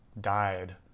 died